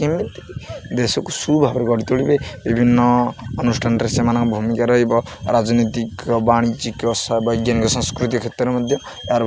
କେମିତି ଦେଶକୁ ସୁଭାବରେ ଗଢ଼ି ତୋଳିବେ ବିଭିନ୍ନ ଅନୁଷ୍ଠାନରେ ସେମାନଙ୍କ ଭୂମିକାର ଏବଂ ରାଜନୈତିକ ବାଣିଜ୍ୟ ସାଂସ୍କୃତିକ କ୍ଷେତ୍ରରେ ମଧ୍ୟ ଏହାର